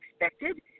expected